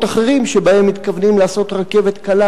אחרים שבהם מתכוונים לעשות רכבת קלה,